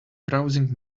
browsing